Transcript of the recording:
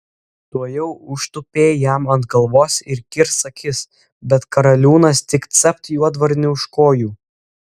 tuojau užtūpė jam ant galvos ir kirs akis bet karaliūnas tik capt juodvarnį už kojų